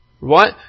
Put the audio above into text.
Right